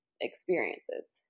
experiences